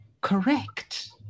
correct